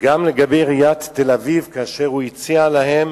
גם לגבי עיריית תל-אביב, כאשר הוא הציע להם